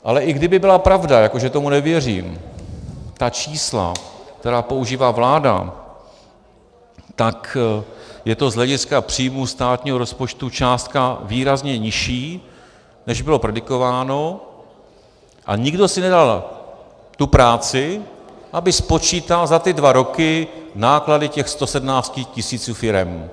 A i kdyby byla pravda, jako že tomu nevěřím, ta čísla, která používá vláda, tak je to z hlediska příjmů státního rozpočtu částka výrazně nižší, než bylo predikováno, a nikdo si nedal tu práci, aby spočítal za ty dva roky náklady těch 117 tis. firem.